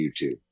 YouTube